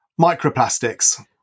Microplastics